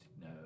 No